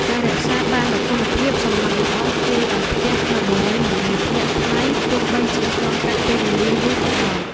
ការរក្សាបាននូវគុណភាពសំណង់ល្អជួយឱ្យផ្ទះក្នុងបុរីមិនងាយធ្លាក់ថ្លៃទោះបីជាឆ្លងកាត់ពេលវេលាយូរក៏ដោយ។